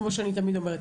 כמו שאני תמיד אומרת.